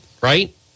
right